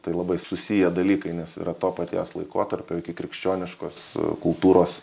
tai labai susiję dalykai nes yra to paties laikotarpio ikikrikščioniškos kultūros